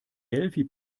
delphi